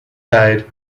died